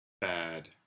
bad